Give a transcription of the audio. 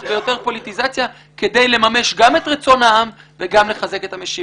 ביותר פוליטיזציה כדי לממש גם את רצון העם וגם לחזק את המשילות.